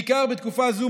בעיקר בתקופה זו,